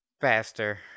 Faster